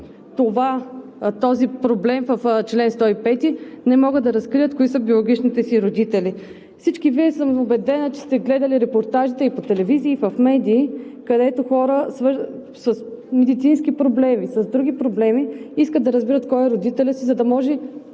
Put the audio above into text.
този проблем в чл. 105, не могат да разкрият кои са биологичните им родители. Всички Вие, съм убедена, че сте гледали репортажите и по телевизиите, и в медии, където хора с медицински проблеми, с други проблеми, искат да разберат родителя си, за да може